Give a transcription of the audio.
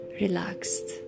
relaxed